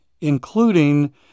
including